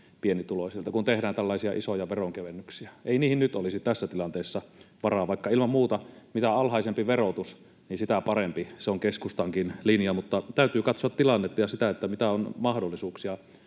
pienituloisilta, kun tehdään tällaisia isoja veronkevennyksiä. Ei niihin nyt olisi tässä tilanteessa varaa, vaikka ilman muuta, mitä alhaisempi verotus, niin sitä parempi, se on keskustankin linja, mutta täytyy katsoa tilannetta ja sitä, mitä on mahdollisuuksia